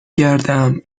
گردم